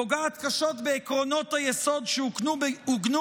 פוגעת קשות בעקרונות היסוד שעוגנו